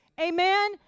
Amen